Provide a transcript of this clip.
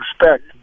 respect